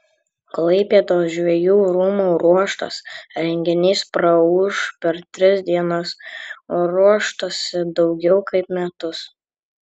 klaipėdos žvejų rūmų ruoštas renginys praūš per tris dienas o ruoštasi daugiau kaip metus